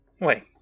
wait